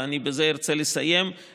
ואני בזה ארצה לסיים,